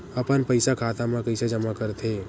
अपन पईसा खाता मा कइसे जमा कर थे?